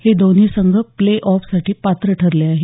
हे दोन्ही संघ प्ले ऑफ साठी पात्र ठरले आहेत